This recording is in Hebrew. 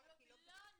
לא,